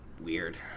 weird